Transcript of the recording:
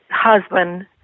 husband